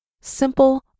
simple